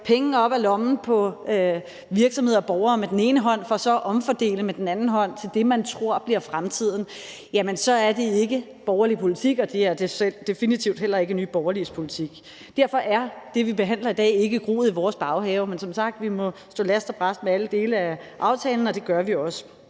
pengene op af lommen på virksomheder og borgere med den ene hånd for så at omfordele med den anden hånd til det, man tror bliver fremtiden, så er det ikke borgerlig politik, og det er definitivt heller ikke Nye Borgerliges politik. Derfor er det, vi behandler i dag, ikke groet i vores baghave, men som sagt må vi stå last og brast om alle dele af aftalen, og det gør vi også.